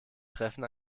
treffen